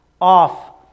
off